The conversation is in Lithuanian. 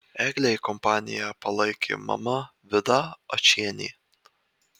eglei kompaniją palaikė mama vida ačienė